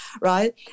Right